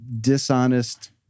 dishonest